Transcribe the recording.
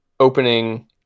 opening